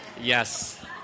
Yes